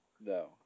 No